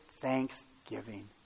thanksgiving